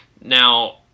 Now